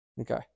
Okay